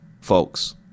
folks